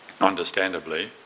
understandably